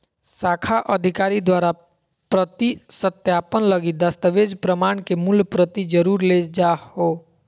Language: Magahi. शाखा अधिकारी द्वारा प्रति सत्यापन लगी दस्तावेज़ प्रमाण के मूल प्रति जरुर ले जाहो